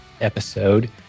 episode